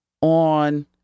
on